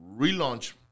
relaunch